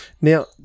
Now